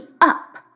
up